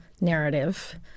narrative